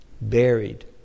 buried